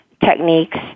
techniques